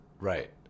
Right